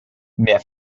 mehr